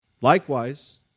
Likewise